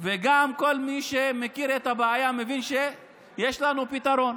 וגם כל מי שמכיר את הבעיה מבין שיש לנו פתרון.